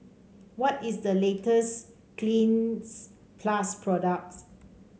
what is the latest Cleanz Plus product